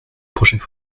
prochaine